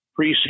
preseason